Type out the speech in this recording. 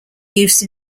use